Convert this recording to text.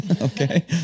Okay